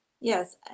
Yes